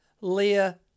Leah